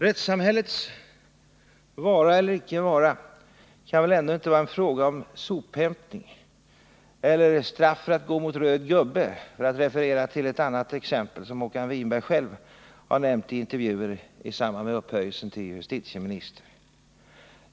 Rättssamhällets vara eller icke vara kan väl ändå inte vara en fråga om sophämtning eller straff för att gå mot röd gubbe, för att referera till ett annat exempel som Håkan Winberg själv har nämnt i intervjuer i samband med upphöjelsen till justitieminister.